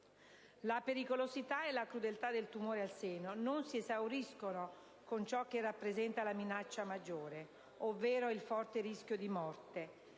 La pericolosità e la crudeltà del tumore al seno non si esauriscono con ciò che rappresenta la minaccia maggiore, ovvero il forte rischio di morte,